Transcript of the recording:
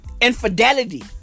Infidelity